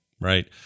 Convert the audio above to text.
right